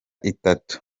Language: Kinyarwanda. itatu